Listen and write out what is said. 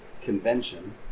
Convention